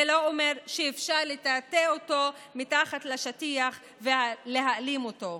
זה לא אומר שאפשר לטאטא אותו מתחת לשטיח ולהעלים אותו,